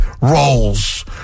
roles